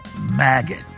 maggot